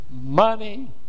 money